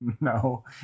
No